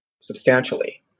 substantially